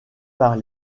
par